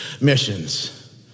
missions